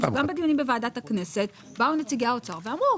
גם בדיונים בוועדת הכנסת באו נציגי האוצר ואמרו